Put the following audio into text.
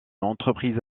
entreprise